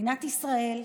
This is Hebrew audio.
מדינת ישראל,